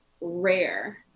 rare